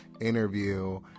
interview